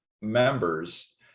members